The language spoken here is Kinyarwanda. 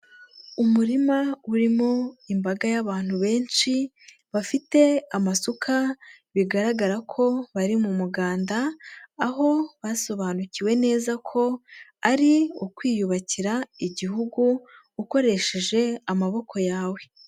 Umurima urimo imbaga y'abantu benshi, bafite amasuka bigaragara ko bari mu muganda, aho basobanukiwe neza ko ari ukwiyubakira Igihugu ukoresheje amaboko yawe.